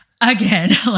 again